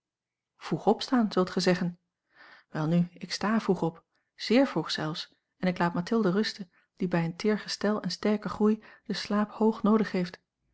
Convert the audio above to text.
vroeg opstaan zult gij zeggen welnu ik sta vroeg op zeer vroeg zelfs en ik laat mathilde rusten die bij een teer gestel en sterken groei den slaap hoog noodig heeft